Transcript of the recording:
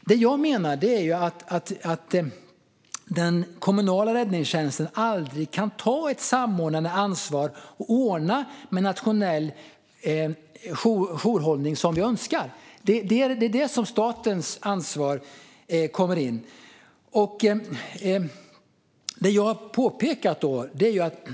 Det jag menar är att den kommunala räddningstjänsten aldrig kan ta ett samordnande ansvar och ordna med nationell jourhållning som vi önskar. Det är där som statens ansvar kommer in. Det jag har påpekat är att